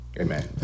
Amen